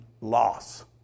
loss